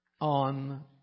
on